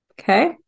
Okay